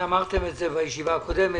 אמרתם את זה בישיבה הקודמת.